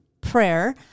prayer